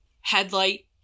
Headlight